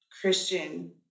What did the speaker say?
Christian